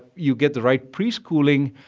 you get the right preschooling.